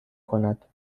کند